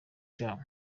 cyabo